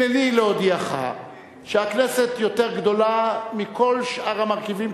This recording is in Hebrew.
הנני להודיעך שהכנסת יותר גדולה מכל שאר המרכיבים,